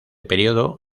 período